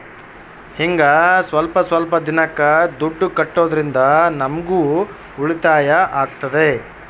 ಹಿಂಗ ಸ್ವಲ್ಪ ಸ್ವಲ್ಪ ದಿನಕ್ಕ ದುಡ್ಡು ಕಟ್ಟೋದ್ರಿಂದ ನಮ್ಗೂ ಉಳಿತಾಯ ಆಗ್ತದೆ